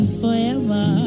forever